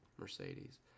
mercedes